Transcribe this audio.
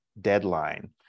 deadline